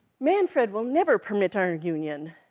manfred will never permit our union.